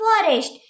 forest